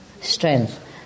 strength